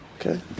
Okay